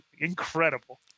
Incredible